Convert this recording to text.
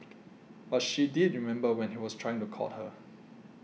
but she did remember when he was trying to court her